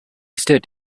stood